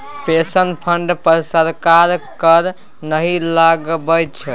pension fund पर सरकार कर नहि लगबै छै